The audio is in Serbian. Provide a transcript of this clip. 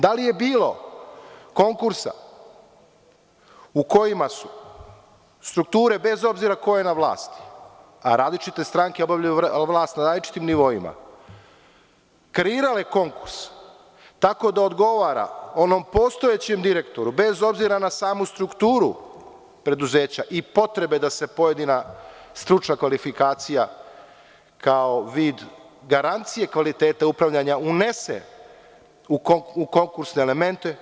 Da li je bilo konkursa u kojima su strukture, bez obzira ko je na vlasti, a različite stranke obavljaju vlast na različitim nivoima, kreirale konkurs tako da odgovara onom postojećem direktoru, bez obzira na samu strukturu preduzeća i potrebe da se pojedina stručna kvalifikacija kao vid garancije kvaliteta upravljanja unese u konkursne elemente?